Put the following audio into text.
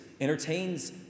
entertains